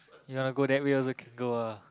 ya lah go there we also can go ah